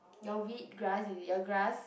your weed grass is your grass